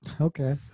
Okay